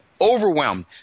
overwhelmed